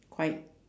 quite